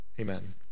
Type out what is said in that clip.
Amen